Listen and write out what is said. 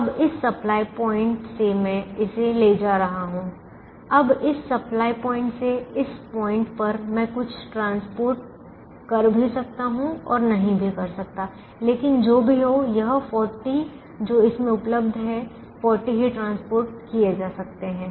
अब इस supply point से मैं इसे ले जा रहा हूं अब इस सप्लाई पॉइंट से इस पॉइंट पर मैं कुछ परिवहनकर भी सकता हूं और नहीं भी कर सकता लेकिन जो भी हो यह 40 जो इसमें उपलब्ध है 40 ही परिवहन किए जा सकते हैं